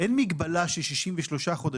אין מגבלה של 63 חודשים.